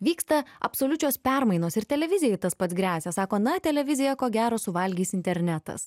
vyksta absoliučios permainos ir televizijai tas pats gresia sako na televiziją ko gero suvalgys internetas